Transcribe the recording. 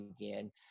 again